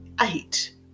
Eight